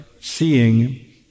seeing